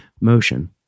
motion